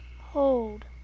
Hold